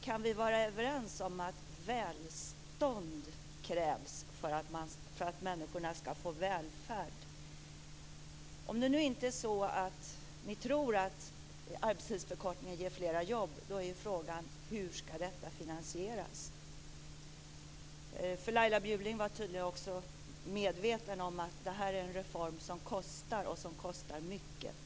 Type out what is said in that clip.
Kan vi vara överens om att det krävs välstånd för att människor skall få välfärd? Om ni inte tror att en arbetstidsförkortning ger fler jobb är frågan: Hur skall detta finansieras? Laila Bjurling är tydligen också medveten om att detta är en reform som kostar - och som kostar mycket.